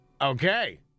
Okay